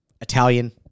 Italian